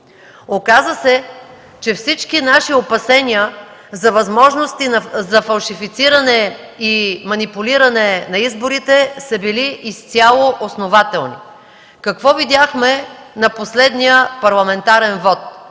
Оказа се, че всички наши опасения за възможности за фалшифициране и манипулиране на изборите, са били изцяло основателни. Какво видяхме на последния парламентарен вот?